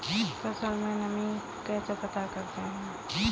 फसल में नमी कैसे पता करते हैं?